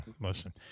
Listen